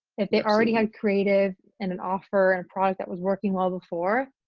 if they already had creative and an offer and a product that was working well before,